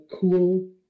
cool